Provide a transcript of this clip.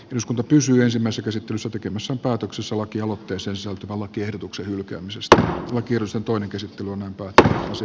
jos kunto pysyy ensimmäiset esittelyssä tekemässä päätöksessä lakialoitteeseensa on lakiehdotuksen hylkäämisestä oikeus antoi näkyisi arvoisa puhemies